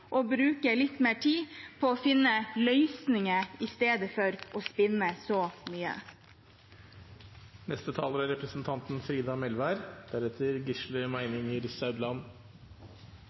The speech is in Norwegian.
og bruke litt mer tid på å finne løsninger i stedet for å spinne så mye. Å oppleve kvardagen, familielivet og lokalsamfunnet rundt oss som trygt er